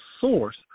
source